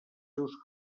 seus